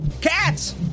Cats